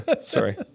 sorry